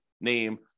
name